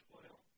oil